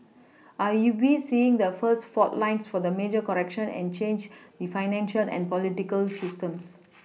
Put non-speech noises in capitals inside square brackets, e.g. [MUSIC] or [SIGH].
are you we seeing the first fault lines of the major correction and change I financial and political systems [NOISE]